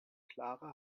clara